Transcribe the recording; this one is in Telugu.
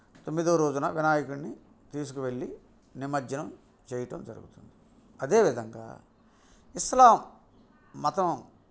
తొమ్మిదవ రోజున వినాయకుడిని తీసుకు వెళ్ళి నిమజ్జనం చేయడం జరుగుతుంది అదేవిధంగా ఇస్లాం మతం